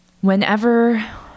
Whenever